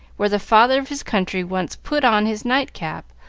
where the father of his country once put on his nightcap,